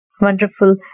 Wonderful